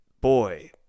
Boy